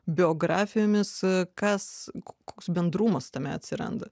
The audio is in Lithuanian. biografijomis kas koks bendrumas tame atsiranda